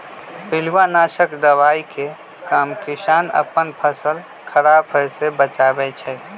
पिलुआ नाशक दवाइ के काम किसान अप्पन फसल ख़राप होय् से बचबै छइ